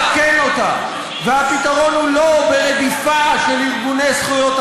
הפתרון הוא לא לתקוף את